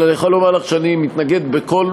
אבל אני יכול לומר לך שאני מתנגד מכול